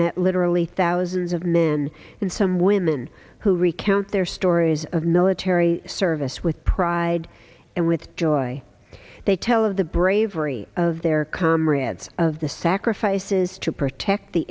met literally thousands of men and some women who recount their stories of military service with pride and with joy they tell of the bravery of their comrades of the sacrifices to protect the